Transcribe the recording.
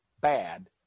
bad